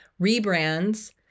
rebrands